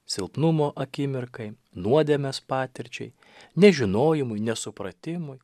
silpnumo akimirkai nuodėmės patirčiai nežinojimui nesupratimui